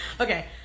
Okay